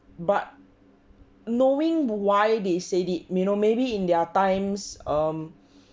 but knowing why they said it you know maybe in their times um